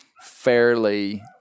fairly